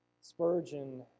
Spurgeon